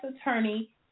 attorney